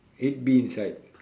it be inside